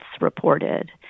reported